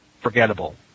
forgettable